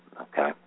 Okay